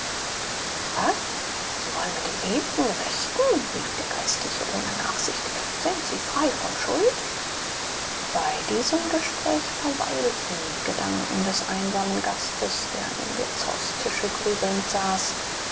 was sie wollen mit dem ewigen rechten rief der geistliche ohne nachsicht sind sie frei von schuld bei diesem gespräch verweilten die gedanken des einsamen gastes der an dem wirtshaustische grübelnd saß